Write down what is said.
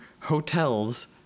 hotels